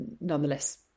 nonetheless